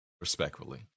Respectfully